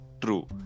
True